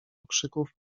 okrzyków